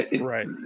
right